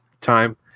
time